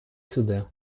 сюди